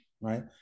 right